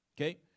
Okay